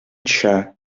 shah